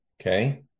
okay